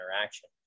interaction